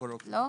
לא?